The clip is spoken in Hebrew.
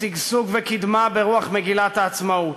שגשוג וקדמה ברוח מגילת העצמאות.